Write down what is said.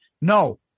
No